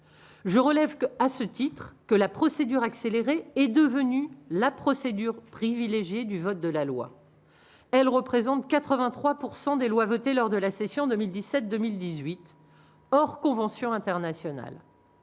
je relève qu'à ce titre que la procédure accélérée est devenue la procédure privilégié du vote de la loi, elles représentent 83 pourcent des lois votées lors de la session 2017, 2018 hors conventions internationales,